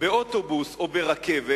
באוטובוס או ברכבת.